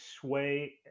sway